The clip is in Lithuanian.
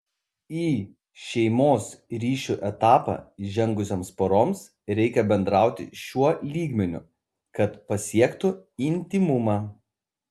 į šeimos ryšių etapą įžengusioms poroms reikia bendrauti šiuo lygmeniu kad pasiektų intymumą